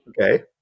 Okay